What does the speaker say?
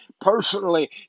personally